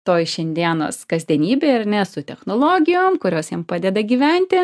toji šiandienos kasdienybė ar ne su technologijom kurios jiem padeda gyventi